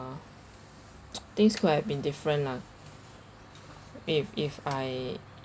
things could have been different lah if if I